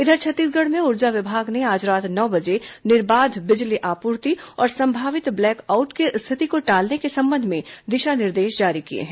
इधर छत्तीसगढ़ में ऊर्जा विभाग ने आज रात नौ बजे निर्बाध बिजली आपूर्ति और संभावित ब्लैक आउट की स्थिति को टालने के संबंध में दिशा निर्देश जारी किए हैं